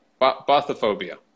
Bathophobia